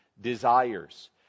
desires